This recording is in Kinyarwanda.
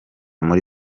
muri